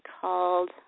called